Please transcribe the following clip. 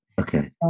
Okay